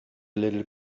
little